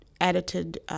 edited